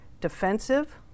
defensive